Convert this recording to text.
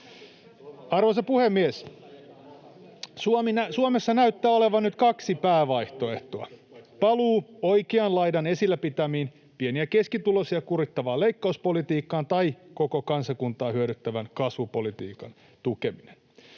Arvoisa puhemies! Suomessa näyttää olevan nyt kaksi päävaihtoehtoa: paluu oikean laidan esillä pitämään [Paavo Arhinmäen välihuuto] pieni- ja keskituloisia kurittavaan leikkauspolitiikkaan tai koko kansakuntaa hyödyttävän kasvupolitiikan tukeminen.